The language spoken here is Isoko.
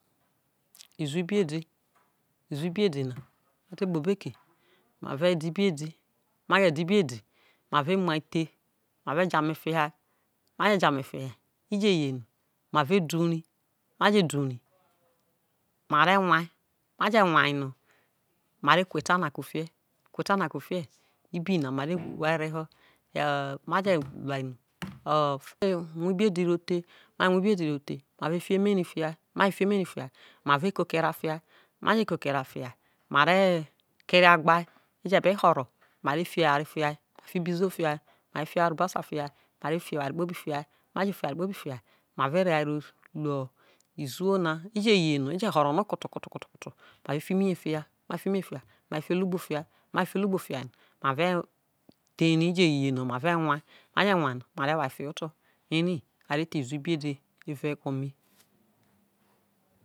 Iziwo ibiedi iziwo ibi edi na wete kpo obo eki ma re de idiedi maje de ibiedi ma ve muja the mave ja ame fia ma je ja ame fia ije ye no ma ve du ma je du ri no ma re nwaa je wna no ma re kuo eta na ku fie ma je ka eta na ku fie no ibi na ma re kua reho yo ma lie lua no o mare mu ibiedi ro the ma re fi emeri fia ma je fi emeri fia ma re koko era fia ma re kerra gbai fia ma re keria gbai eje be huro mare fi eware ifia fi ibi iziwo fia ma re fi eware kpobi fia ma re re hai ro luo iziwo na ije ye no eje horo no koto koto koto koto mare fi emiye fia ma re fi olugbo fia ma je fi olugbo fia no ma re the ri ije ye no ma re nwai maje wai no mare woafio oto eri are the iziwo ibi edi evao egwo mi